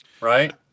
Right